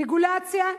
רגולציה,